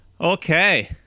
Okay